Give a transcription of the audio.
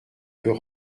peut